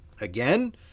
again